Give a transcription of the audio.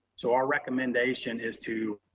so our recommendation is to